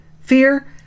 fear